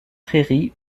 prairies